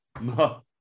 No